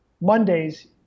Mondays